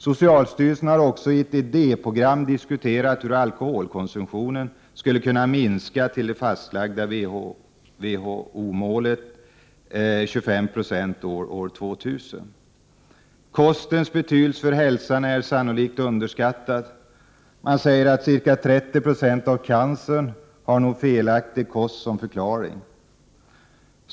Socialstyrelsen har också i ett idéprogram diskuterat hur alkoholkonsumtionen skall kunna minska till det fastlagda WHO målet, en minskning med 25 9 till år 2000. Kostens betydelse för hälsan är sannolikt underskattad. Man säger att ca 30 90 av cancerfallen har felaktig kost som förklaring.